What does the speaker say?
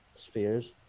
spheres